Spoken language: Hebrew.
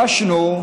שהציבור מבין בו.